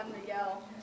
Miguel